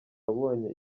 wabonye